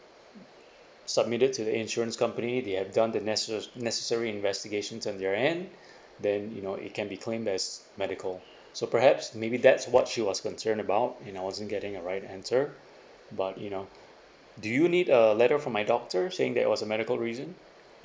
submitted to the insurance company they have done the necessa~ necessary investigation on their end then you know it can be claimed as medical so perhaps maybe that's what she was concerned about and I wasn't getting a right answer but you know do you need a letter from my doctor saying that it was a medical reason